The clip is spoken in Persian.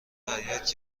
فریاد